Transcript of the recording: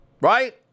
right